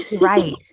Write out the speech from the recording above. right